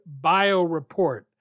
BioReport